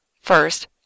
First